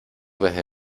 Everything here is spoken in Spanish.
desde